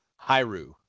hiru